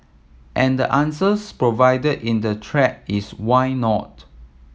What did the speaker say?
and answers provided in the thread is why not